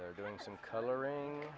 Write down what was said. they're doing some coloring